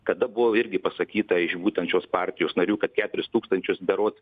kada buvo irgi pasakyta iš būtent šios partijos narių kad keturis tūkstančius berods